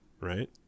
right